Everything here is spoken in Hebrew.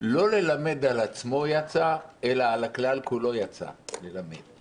לא ללמד על עצמו יצא, אלא על הכלל כולו יצא ללמד".